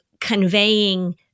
conveying